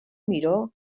miró